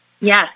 Yes